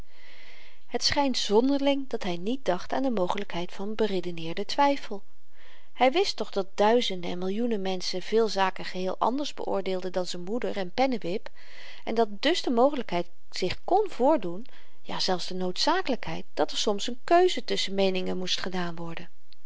het schynt zonderling dat hy niet dacht aan de mogelykheid van beredeneerden twyfel hy wist toch dat duizenden en millioenen menschen veel zaken geheel anders beoordeelden dan z'n moeder en pennewip en dat dus de mogelykheid zich kon voordoen jazelfs de noodzakelykheid dat er soms n keuze tusschen meeningen moest gedaan worden